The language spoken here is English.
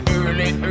early